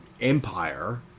empire